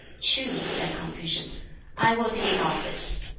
true, said confucius i will take office.